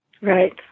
Right